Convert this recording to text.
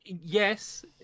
Yes